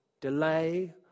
delay